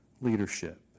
leadership